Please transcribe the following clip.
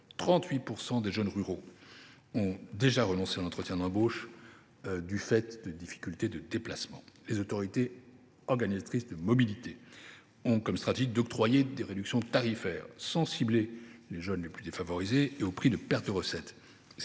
38 % des jeunes ruraux ont déjà renoncé à un entretien d’embauche en raison de difficultés de déplacement. Les autorités organisatrices de la mobilité ont pour stratégie d’octroyer aux jeunes des réductions tarifaires, sans cibler les plus défavorisés et au prix de pertes de recettes.